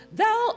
thou